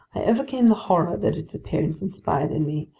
i overcame the horror that its appearance inspired in me,